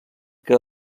que